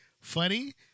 funny